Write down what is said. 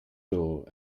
door